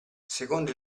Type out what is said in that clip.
secondo